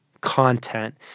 content